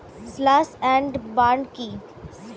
Slash and burn কি?